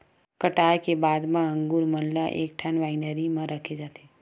कटई के बाद म अंगुर मन ल एकठन वाइनरी म रखे जाथे